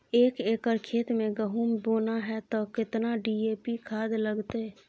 एक एकर खेत मे गहुम बोना है त केतना डी.ए.पी खाद लगतै?